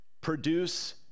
produce